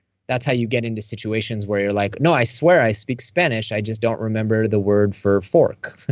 that's how you get into situations where you're like, no, i swear, i speak spanish. i just don't remember the word for fork.